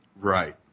Right